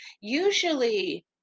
usually